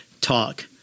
talk